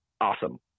awesome